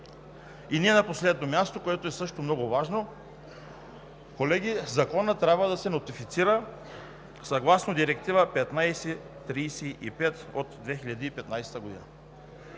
И не на последно място, което също е много важно: колеги, Законът трябва да се нотифицира съгласно Директива 1535 от 2015 г.